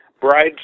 Brides